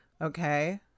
Okay